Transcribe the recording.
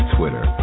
Twitter